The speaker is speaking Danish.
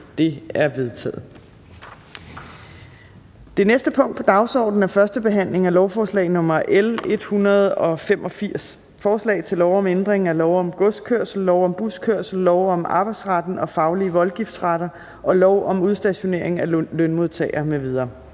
Det er vedtaget. --- Det næste punkt på dagsordenen er: 13) 1. behandling af lovforslag nr. L 185: Forslag til lov om ændring af lov om godskørsel, lov om buskørsel, lov om Arbejdsretten og faglige voldgiftsretter og lov om udstationering af lønmodtagere m.v.